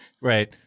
right